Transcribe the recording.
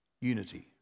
Unity